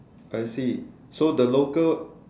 I see so the local